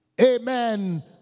Amen